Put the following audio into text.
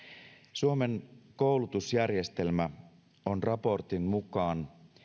suomen koulutusjärjestelmä on raportin mukaan